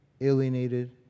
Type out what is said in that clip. alienated